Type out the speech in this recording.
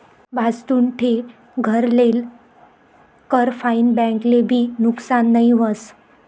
भाजतुन ठे घर लेल कर फाईन बैंक ले भी नुकसान नई व्हस